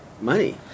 money